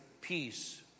peace